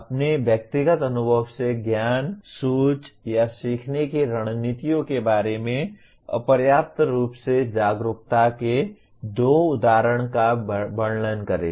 अपने व्यक्तिगत अनुभवों से ज्ञान सोच या सीखने की रणनीतियों के बारे में अपर्याप्त रूप से जागरूकता के दो उदाहरणों का वर्णन करें